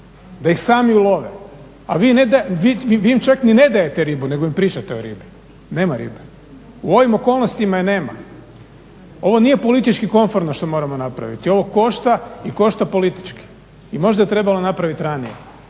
da ih sami ulove. A vi ne da, vi im čak ni ne dajete ribu nego im pričate o ribi. Nema ribe, u ovim okolnostima je nema. Ovo nije politički komforno što moramo napraviti, ovo košta i košta politički. I možda je trebalo napraviti ranije.